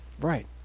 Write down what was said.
Right